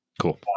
cool